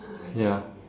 ya